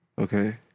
Okay